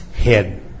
head